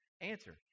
Answer